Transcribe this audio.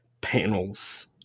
panels